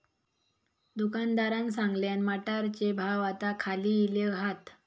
दुकानदारान सांगल्यान, मटारचे भाव आता खाली इले हात